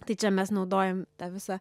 tai čia mes naudojam tą visą